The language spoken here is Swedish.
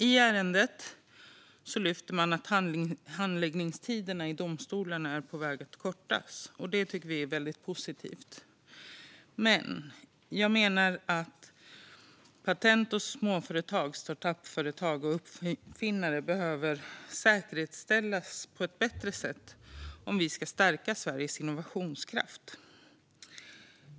I ärendet lyfter man fram att handläggningstiderna i domstolarna är på väg att kortas, och det tycker vi är väldigt positivt. Men jag menar att patent hos småföretag, startup-företag och uppfinnare behöver säkras på ett bättre sätt om Sveriges innovationskraft ska stärkas.